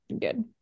good